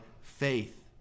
faith